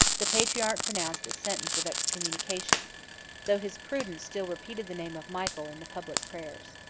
the patriarch pronounced a sentence of excommunication though his prudence still repeated the name of michael in the public prayers.